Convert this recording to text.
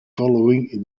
following